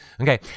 Okay